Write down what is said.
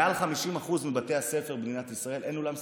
במעל ל-50% מבתי הספר במדינת ישראל אין אולם ספורט.